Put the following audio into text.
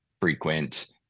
frequent